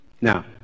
Now